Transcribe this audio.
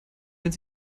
wenn